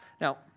Now